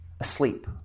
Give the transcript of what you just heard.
asleep